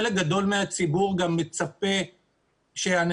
חלק גדול מהציבור גם מצפה שהשוטרים יעשו את זה,